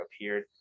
appeared